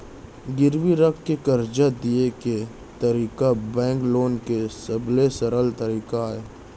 गिरवी राख के करजा लिये के तरीका बेंक लोन के सबले सरल तरीका अय